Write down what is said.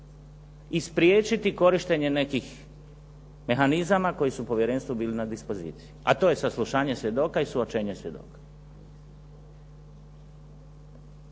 i spriječiti korištenje nekih mehanizama koji su Povjerenstvu bili na dispoziciji, a to je saslušanje svjedoka i suočenje svjedoka.